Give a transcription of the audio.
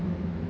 um